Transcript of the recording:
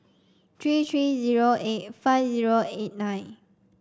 three three zero eight five zero eight nine